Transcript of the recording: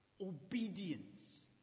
obedience